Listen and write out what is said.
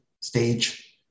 stage